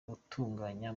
utunganya